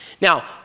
Now